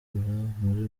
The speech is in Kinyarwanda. muri